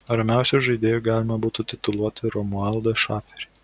ramiausiu žaidėju galima būtų tituluoti romualdą šaferį